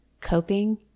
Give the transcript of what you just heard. Coping